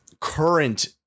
current